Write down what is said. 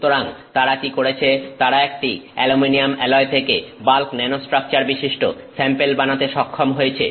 সুতরাং তারা কি করেছে তারা একটি অ্যালুমিনিয়াম অ্যালয় থেকে বাল্ক ন্যানোস্ট্রাকচার বিশিষ্ট স্যাম্পেল বানাতে সক্ষম হয়েছে